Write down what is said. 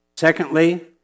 Secondly